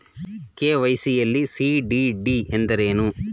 KYC ಯಲ್ಲಿ CDD ಎಂದರೇನು?